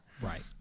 Right